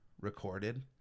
recorded